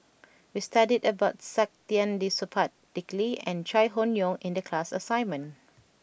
we studied about Saktiandi Supaat Dick Lee and Chai Hon Yoong in the class assignment